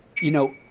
you know,